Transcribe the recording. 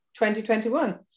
2021